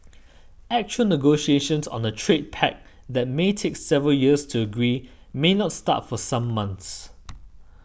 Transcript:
actual negotiations on a trade pact that may take several years to agree may not start for some months